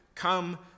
come